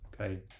okay